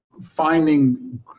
finding